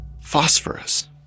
Phosphorus